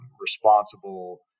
responsible